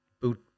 boot